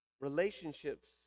Relationships